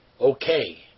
okay